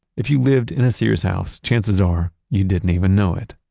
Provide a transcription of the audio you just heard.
if you lived in a sears house, chances are you didn't even know it.